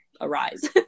arise